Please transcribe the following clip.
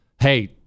Hey